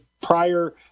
prior